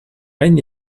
ein